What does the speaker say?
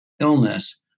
illness